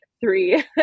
three